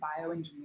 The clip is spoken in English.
bioengineering